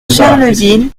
charleville